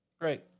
Great